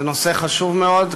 זה נושא חשוב מאוד,